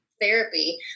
therapy